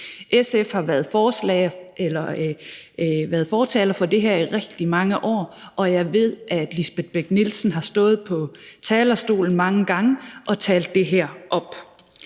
SF har været fortaler for det her i rigtig mange år, og jeg ved, at Lisbeth Bech Nielsen har stået på talerstolen rigtig mange gange og talt det her op.